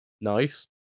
Nice